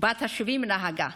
בת ה-70, נהגה.